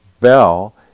bell